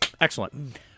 excellent